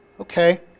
Okay